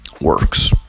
works